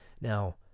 Now